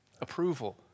Approval